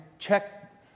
Check